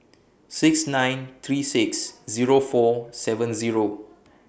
six nine three six Zero four seven Zero